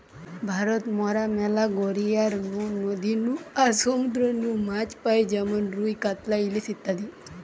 ভারত মরা ম্যালা গড়িয়ার নু, নদী নু আর সমুদ্র নু মাছ পাই যেমন রুই, কাতলা, ইলিশ ইত্যাদি